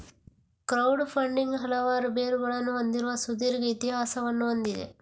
crowd funding ಹಲವಾರು ಬೇರುಗಳನ್ನು ಹೊಂದಿರುವ ಸುದೀರ್ಘ ಇತಿಹಾಸವನ್ನು ಹೊಂದಿದೆ